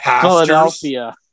Philadelphia